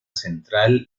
central